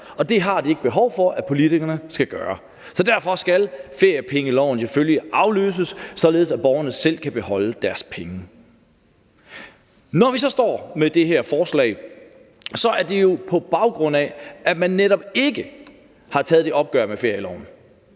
det har de ikke behov for at politikerne skal gøre. Derfor skal feriepengeloven selvfølgelig afskaffes, således at borgerne selv kan beholde deres penge. Når vi så står med det her forslag, er det jo på baggrund af, at man netop ikke har taget det opgør med ferieloven,